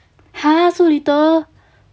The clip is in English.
!huh! so little